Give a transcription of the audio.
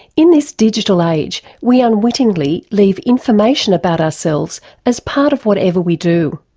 in this digital age we unwittingly leave information about ourselves as part of whatever we do,